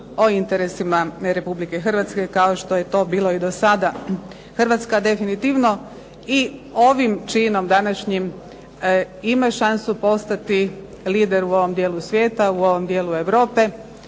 o interesima RH kao što je to bilo i dosada. Hrvatska definitivno i ovim činom današnjim ima šansu postati lider u ovom dijelu svijeta, u ovom dijelu Europe.